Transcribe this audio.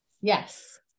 Yes